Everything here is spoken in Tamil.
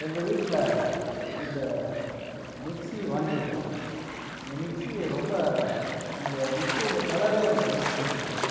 எங்கள் வீட்டில் இந்த மிக்ஸி வாங்கிருக்கிறோம் இந்த மிக்ஸி ரொம்ப இந்த மிக்ஸி உடையை கலரே எனக்கு ரொம்ப பிடிச்சிருக்குது